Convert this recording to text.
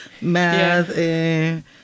math